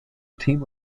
team